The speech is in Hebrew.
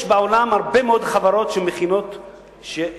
יש בעולם הרבה מאוד חברות שכבר הפיקו,